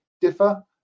differ